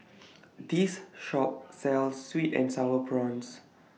This Shop sells Sweet and Sour Prawns